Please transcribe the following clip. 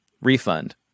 refund